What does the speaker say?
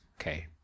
Okay